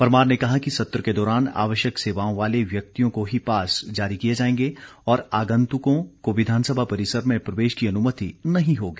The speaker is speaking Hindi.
परमार ने कहा कि सत्र के दौरान आवश्यक सेवाओं वाले व्यक्तियों को ही पास जारी किए जाएंगे और आगन्तुकों को विधानसभा परिसर में प्रवेश की अनुमति नहीं होगी